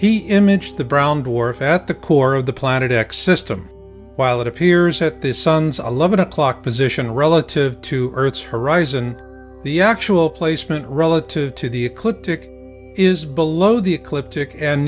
he image the brown dwarf at the core of the planet x system while it appears at this sun's eleven o'clock position relative to earth's horizon the actual placement relative to the ecliptic is below the ecliptic and